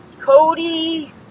Cody